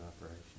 operation